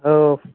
आव